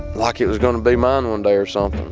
like it was going to be mine one day or so um